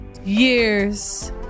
years